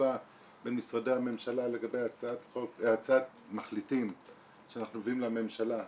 רבה במשרדי הממשלה לגבי הצעת מחליטים שאנחנו מביאים לממשלה.